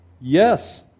Yes